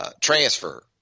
transfer